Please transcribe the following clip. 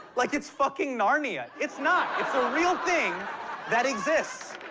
like it's fucking narnia. it's not, it's a real thing that exists.